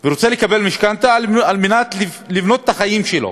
ורוצה לקבל משכנתה כדי לבנות את החיים שלו,